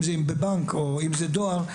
אם זה בבנק או אם זה דואר,